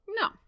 No